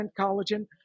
collagen